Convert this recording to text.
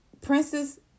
princess